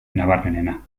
nabarmenena